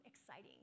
exciting